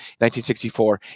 1964